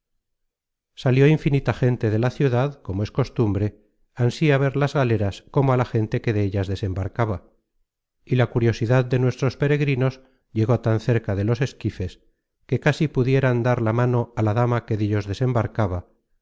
salió infinita gente de la ciudad como es costumbre ansi á ver las galeras como á la gente que de ellas desembarcaba y la curiosidad de nuestros peregrinos llegó tan cerca de los esquifes que casi pudieran dar la mano á la dama que dellos desembarcaba